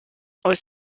aus